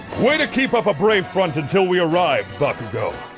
way to keep up a brave front until we arrived, bakugo.